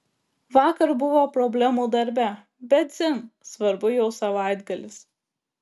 vakar buvo problemų darbe bet dzin svarbu jau savaitgalis